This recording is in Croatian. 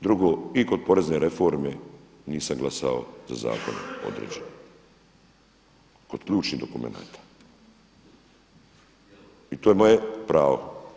Drugo, i kod porezne reforme nisam glasao za zakon određeni, kod ključnih dokumenata i to je moje pravo.